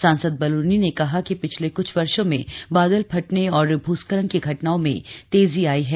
सांसद बलूनी ने कहा कि पिछले कुछ वर्षों में बादल फटने और भूस्खलन की घटनाओं में तेजी आई है